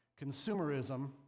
consumerism